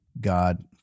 God